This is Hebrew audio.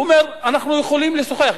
הוא אומר: אנחנו יכולים לשוחח,